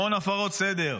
המון הפרות סדר.